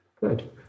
Good